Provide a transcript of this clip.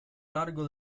largo